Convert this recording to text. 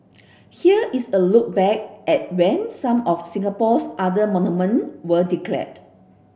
here is a look back at when some of Singapore's other monument were declared